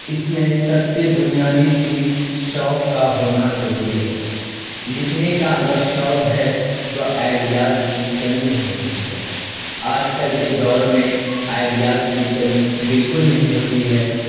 اس میں سب سے بنیادی چیز شوق کا ہونا ضروری ہے لکھنے کا اگر شوق ہے تو آئیڈیاز کی کمی نہیں ہوتی ہے آج کل کے دور میں آئیڈیاز کی کمی بالکل نہیں ہوتی ہے